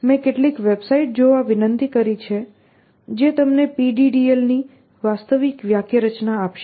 મેં કેટલીક વેબસાઇટ જોવા વિનંતી કરી છે જે તમને PDDL ની વાસ્તવિક વાક્યરચના આપશે